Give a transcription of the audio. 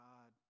God